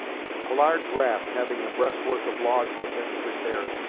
a large raft having a breast-work of logs had been prepared,